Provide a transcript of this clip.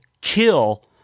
kill